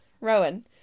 Rowan